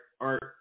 art